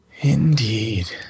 Indeed